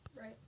Right